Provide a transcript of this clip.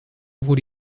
wurde